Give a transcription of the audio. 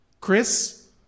Chris